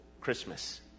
Christmas